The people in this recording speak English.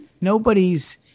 nobody's